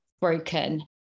broken